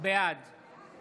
בעד